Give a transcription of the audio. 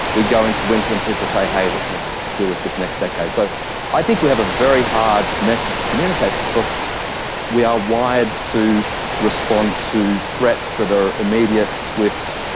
we go into winter and people say, hey, look, let's deal with this next decade. so i think we have a very hard message to communicate because we are wired to respond to threats that are immediate, swift,